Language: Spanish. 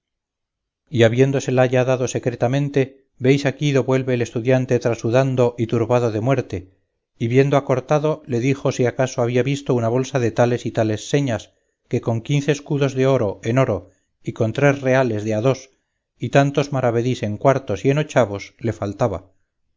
y habiéndosela ya dado secretamente veis aquí do vuelve el estudiante trasudando y turbado de muerte y viendo a cortado le dijo si acaso había visto una bolsa de tales y tales señas que con quince escudos de oro en oro y con tres reales de a dos y tantos maravedís en cuartos y en ochavos le faltaba